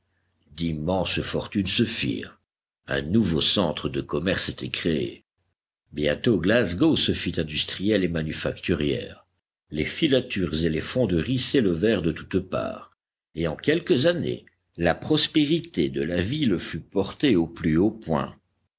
d'immenses fortunes se firent un nouveau centre de commerce était créé bientôt glasgow se fit industrielle et manufacturière les filatures et les fonderies s'élevèrent de toutes parts et en quelques années la prospérité de la ville fut portée au plus haut point